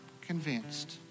convinced